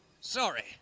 sorry